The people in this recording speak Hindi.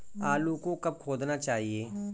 आलू को कब खोदना चाहिए?